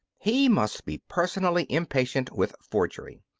he must be personally impatient with forgery.